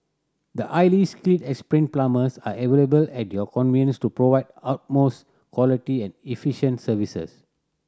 the highly skilled and experienced plumbers are available at your convenience to provide utmost quality and efficient services